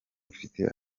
ufite